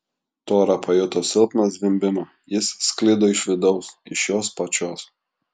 tora pajuto silpną zvimbimą jis sklido iš vidaus iš jos pačios